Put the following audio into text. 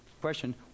question